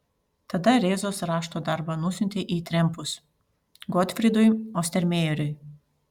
tada rėzos rašto darbą nusiuntė į trempus gotfrydui ostermejeriui